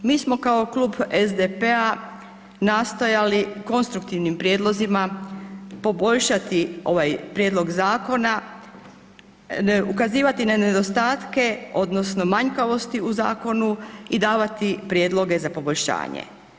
Mi smo kao Klub SDP-a nastojali konstruktivnim prijedlozima poboljšati ovaj prijedlog zakona, ukazivati na nedostatke odnosno manjkavosti u zakonu i davati prijedloge za poboljšanje.